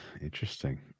Interesting